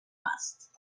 must